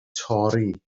torri